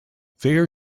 there